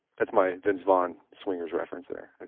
that's my vince vaughn swingers referenced there, it's